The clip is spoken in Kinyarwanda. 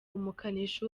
umukanishi